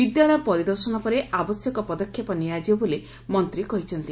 ବିଦ୍ୟାଳୟ ପରିଦର୍ଶନ ପରେ ଆବଶ୍ୟକ ପଦକ୍ଷେପ ନିଆଯିବ ବୋଲି ମନ୍ତୀ କହିଛନ୍ତି